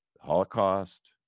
Holocaust